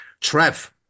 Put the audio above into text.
Trev